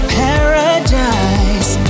paradise